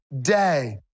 day